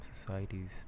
societies